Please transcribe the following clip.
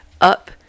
up